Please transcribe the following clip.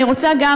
אני רוצה גם,